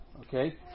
okay